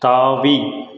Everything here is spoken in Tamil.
தாவி